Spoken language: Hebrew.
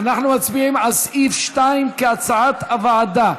אנחנו מצביעים על סעיף 2, כהצעת הוועדה.